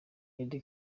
eddy